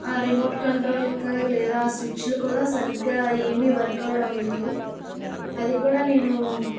ఆ remote controlling లేదా ఆ స్విచ్లు కూడా సరిగ్గా ఏమి వర్క్ అవ్వడం లేదు అది కూడా నేను